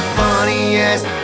funniest